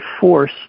force